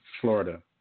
Florida